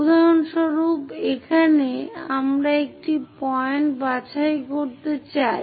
উদাহরণস্বরূপ এখানে আমরা একটি পয়েন্ট বাছাই করতে চাই